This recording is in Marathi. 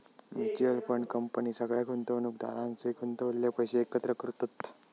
म्युच्यअल फंड कंपनी सगळ्या गुंतवणुकदारांचे गुंतवलेले पैशे एकत्र करतत